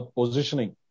positioning